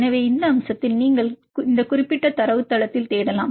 எனவே இந்த அம்சத்தில் நீங்கள் இந்த குறிப்பிட்ட தரவுத்தளத்தில் தேடலாம்